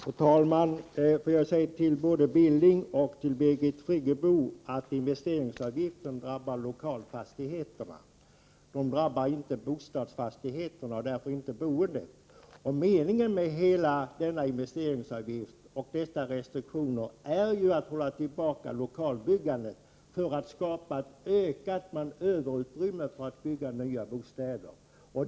Fru talman! Jag vill säga till både Knut Billing och Birgit Friggebo att investeringsavgiften drabbar lokalfastigheterna. Den drabbar inte bostadsfastigheterna och därför inte boendet. Meningen med denna investeringsavgift och dessa restriktioner är att hålla tillbaka lokalbyggandet för att skapa ett överutrymme för att kunna bygga nya bostäder.